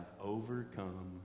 overcome